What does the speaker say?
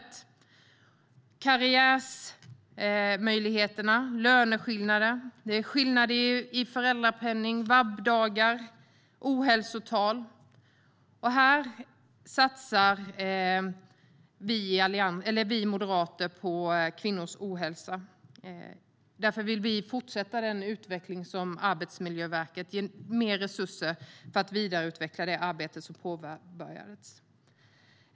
Det handlar om karriärmöjligheter och om löneskillnader. Det är skillnader i fråga om föräldrapenning, vab-dagar och ohälsotal. Vi moderater satsar när det gäller kvinnors ohälsa. Därför vill vi ge Arbetsmiljöverket mer resurser för att vidareutveckla det arbete som påbörjats.